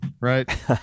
right